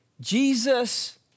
Jesus